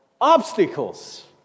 obstacles